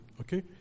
okay